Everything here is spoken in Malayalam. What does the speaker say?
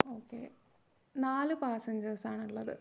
ഓക്കെ നാല് പാസഞ്ചേഴ്സ് ആണ് അത്